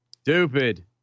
Stupid